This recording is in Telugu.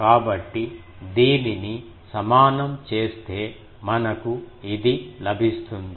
కాబట్టి దీనిని సమానం చేస్తే మనకు ఇది లభిస్తుంది